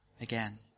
again